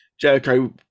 jericho